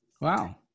Wow